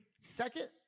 second